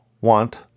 want